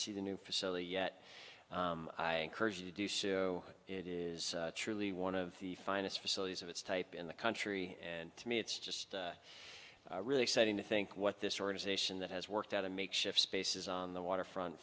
see the new facility yet i encourage you to do so it is truly one of the finest facilities of its type in the country and to me it's just a really exciting to think what this organization that has worked at a makeshift spaces on the waterfront